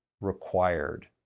required